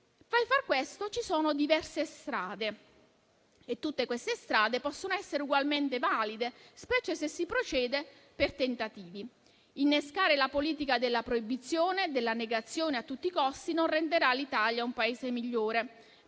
Per fare questo ci sono diverse strade, tutte ugualmente valide, specie se si procede per tentativi. Innescare la politica della proibizione e della negazione a tutti i costi non renderà l'Italia un Paese migliore;